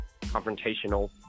Confrontational